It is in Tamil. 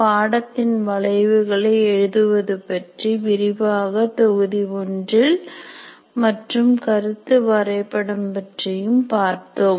பாடத்தின் வளைவுகளை எழுதுவது பற்றி விரிவாக தொகுதி ஒன்றில் மற்றும் கருத்துவரைபடம் பற்றியும் பார்த்தோம்